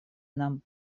нам